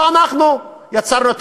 לא אנחנו יצרנו את